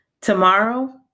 Tomorrow